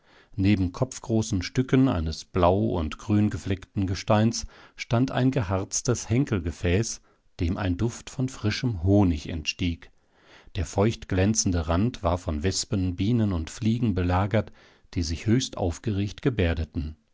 neben kopfgroßen stücken eines blau und grüngefleckten gesteins stand ein geharztes henkelgefäß dem ein duft von frischem honig entstieg der feuchtglänzende rand war von wespen bienen und fliegen belagert die sich höchst aufgeregt gebärdeten